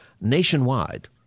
nationwide